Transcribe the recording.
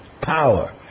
power